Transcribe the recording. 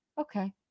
okay